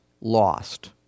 lost